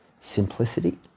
simplicity